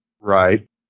Right